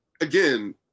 Again